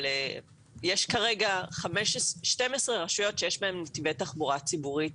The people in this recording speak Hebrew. אבל יש כרגע 12 רשויות שיש בהן נתיבי תחבורה ציבורית,